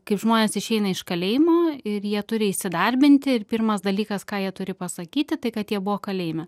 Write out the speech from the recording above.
kaip žmonės išeina iš kalėjimo ir jie turi įsidarbinti ir pirmas dalykas ką jie turi pasakyti tai kad jie buvo kalėjime